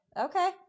Okay